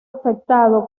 afectado